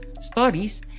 stories